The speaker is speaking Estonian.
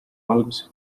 valguses